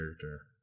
character